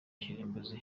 kirimbuzi